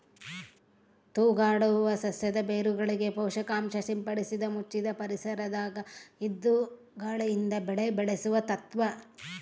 ತೂಗಾಡುವ ಸಸ್ಯದ ಬೇರುಗಳಿಗೆ ಪೋಷಕಾಂಶ ಸಿಂಪಡಿಸಿ ಮುಚ್ಚಿದ ಪರಿಸರದಾಗ ಇದ್ದು ಗಾಳಿಯಿಂದ ಬೆಳೆ ಬೆಳೆಸುವ ತತ್ವ